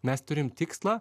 mes turim tikslą